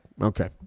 okay